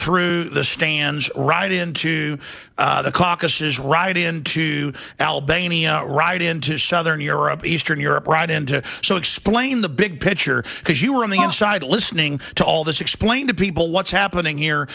through the stands right into the caucuses right into albania right into southern europe eastern europe right and so explain the big picture because you were on the inside listening to all this explain to people what's happening here